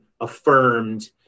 affirmed